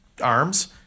arms